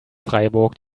freiburg